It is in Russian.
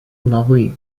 главы